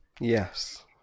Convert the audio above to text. Yes